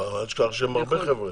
לא, אל תשכח שהם הרבה חבר'ה.